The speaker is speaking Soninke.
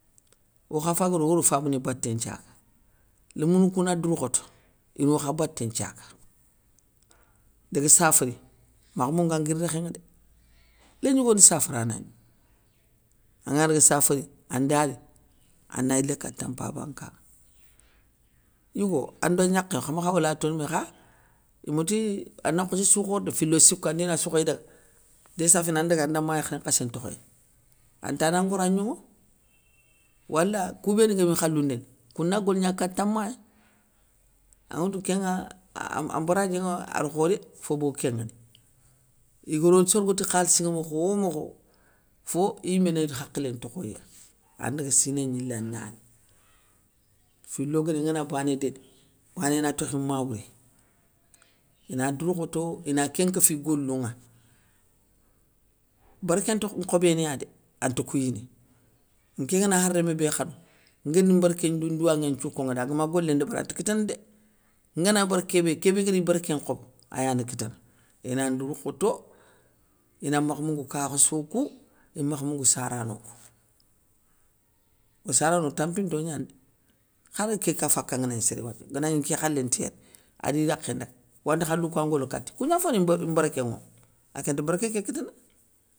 Okha faga ri ogoro fabani baté nthiaga, lémounou kouna dourkhoto ino kha baté nthiaga. Dagua saféri makh mounga nguir rékhé nŋa dé, lén gnigo ni saférana gna, angana daga saféri anda ri, ana yilé kata mpaba nkaŋa. Yigo anda gnakhé khawa hawa latono mé. kha iméti ana nkhossi sou khore dé, filo siko andi na sikhoy daga, déssa fina an daga ana ma yakharin nkhassé ntokhe yéré, an ntana ngora an gnonŋo, wala kou béni guémi i khalou ndéni, kouna goligna kata maya, anŋetou kénŋa abaradié ŋa a rokho dé, fo bogou kénŋa dé. Igoro sorogo ti khalissi nŋa mokho mokho, fo iyimé nidi hakhilé ntokhoya, andaga siné gnilé ana ri, filo guéni ngana bané déni, bané na tokhi ma wouré, ina dourkhoto ina kén nkéfi i golou nŋa. Bérké nte nkhobénéya dé, ante kouyini, nké gana khar rémé bé khanou, nguéri mbérké ndi ndouwanŋé nthiou konŋada agama golé ndébéri anta kitane dé, ngana bar kébé. kébé guéri bérké nkhobo ayana kitana, inan ndourkhoto ina makha moungou ka khasso kou, imakha moungou sarano kou. O sarano o tampinto gnani dé, khar ké ka faka ngana gni séré wathia ganagni nké khalé nti yéré, adi yakhé ndaga, wande khalou kouwa ngolo katinŋa, kougna foni mbeu mbérké ŋo, aké nte bérké ké kitana.